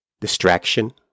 distraction